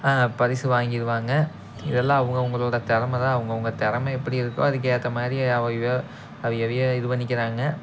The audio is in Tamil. பரிசு வாங்கிடுவாங்க இதெல்லாம் அவுங்கவங்களோட திறமதான் அவுங்கவங்க திறமை எப்படி இருக்கோ அதுக்கு ஏற்ற மாதிரி அவர் இவர் அவிகவிக இது பண்ணிக்கிறாங்க